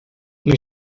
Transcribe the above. meer